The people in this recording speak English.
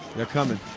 they're coming.